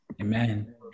Amen